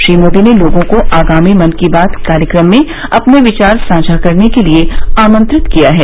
श्री मोदी ने लोगों को आगामी मन की बात कार्यक्रम में अपने विचार साझा करने के लिए आमंत्रित किया है